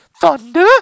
Thunder